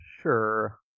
sure